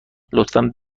لطفا